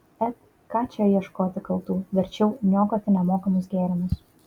et ką čia ieškoti kaltų verčiau niokoti nemokamus gėrimus